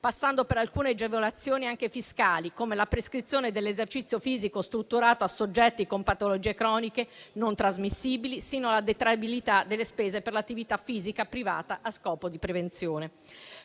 passando per alcune agevolazioni anche fiscali, come la prescrizione dell'esercizio fisico strutturato a soggetti con patologie croniche non trasmissibili, sino alla detraibilità delle spese per l'attività fisica privata a scopo di prevenzione.